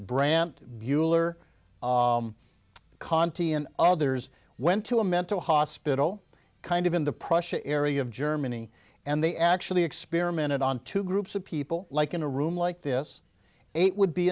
and others went to a mental hospital kind of in the pressure area of germany and they actually experimented on two groups of people like in a room like this eight would be